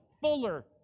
fuller